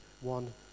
one